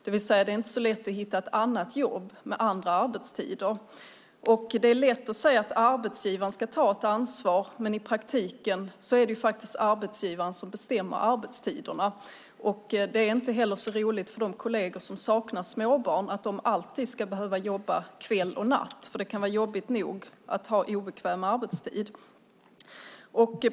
Det är inte så lätt att hitta ett annat jobb med andra arbetstider. Det är lätt att säga att arbetsgivaren ska ta ett ansvar, men i praktiken är det arbetsgivaren som bestämmer arbetstiderna. Det är inte heller så roligt för de kolleger som inte har småbarn att de alltid ska behöva jobba kväll och natt. Det kan vara jobbigt nog att ha obekväm arbetstid.